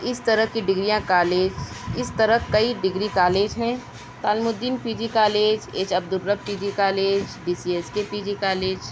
اس طرح کی ڈگریاں کالج اس طرح کئی ڈگری کالج ہیں Taleemuddin P G college H Abdur Rab P G college D C S K P G college